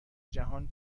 جهان